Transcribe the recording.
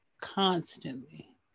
constantly